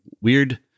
weird